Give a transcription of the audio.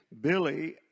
Billy